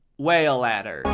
wail at her.